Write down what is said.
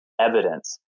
evidence